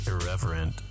irreverent